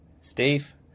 Steve